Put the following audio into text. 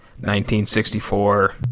1964